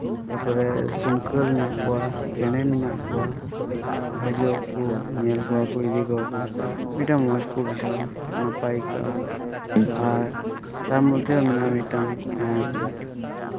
ᱛᱟᱯᱚᱨᱮ ᱥᱩᱝᱠᱟᱹᱞ ᱢᱮᱱᱟᱜ ᱠᱚᱣᱟ ᱪᱮᱬᱮ ᱢᱮᱱᱟᱜ ᱠᱚᱣᱟ ᱦᱟ ᱡᱩᱜᱼᱟ ᱠᱚ ᱧᱮᱞ ᱠᱚᱣᱟ ᱠᱚ ᱤᱫᱤ ᱠᱚᱣᱟ ᱠ ᱢᱤᱫᱴᱟᱝ ᱢᱚᱡᱽ ᱠᱚ ᱵᱩᱡᱷᱟᱹᱣᱟ ᱱᱟᱯᱟᱭ ᱟᱹᱭᱠᱟᱹᱜᱼᱟ ᱟᱨ ᱛᱟᱨᱢᱚᱫᱽᱫᱷᱮ ᱦᱚᱸ ᱢᱮᱱᱟᱜᱼᱟ ᱢᱤᱫᱴᱟᱝ